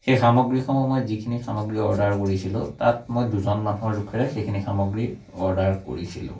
সেই সামগ্ৰীসমূহ মই যিখিনি সামগ্ৰী অৰ্ডাৰ কৰিছিলোঁ তাত মই দুজন মানুহৰ জোখেৰে সেইখিনি সামগ্ৰী অৰ্ডাৰ কৰিছিলোঁ